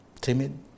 timid